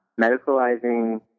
medicalizing